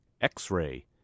X-Ray